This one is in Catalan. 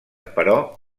però